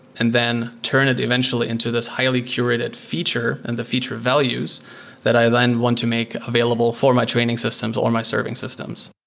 and then turn it eventually into this highly curated feature and the feature values that i then want to make available for my training systems or my serving systems.